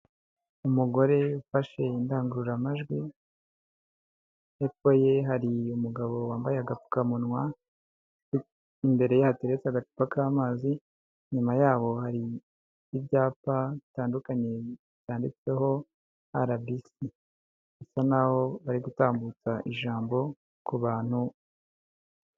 Umugore ufashe indangururamajwi, hepfo ye hari umugabo wambaye agapfukamunwa, imbere ye hateretse agacupa k'amazi, inyuma yabo hari ibyapa bitandukanye byanditseho RBS, bisa n'aho bari gutambutsa ijambo ku bantu.